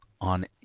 on